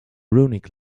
runic